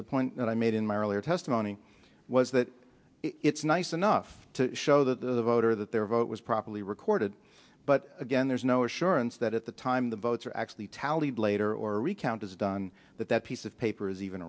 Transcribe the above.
the point that i made in my earlier testimony was that it's nice enough to show the voter that their vote was properly recorded but again there's no assurance that at the time the votes are actually tallied later or recount is done that that piece of paper is even